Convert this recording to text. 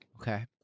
Okay